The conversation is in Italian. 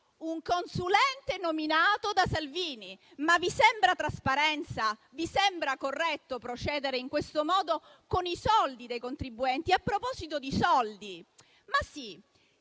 Un consulente nominato da Salvini. Ma vi sembra trasparenza? Vi sembra corretto procedere in questo modo con i soldi dei contribuenti? A proposito di soldi: ma sì,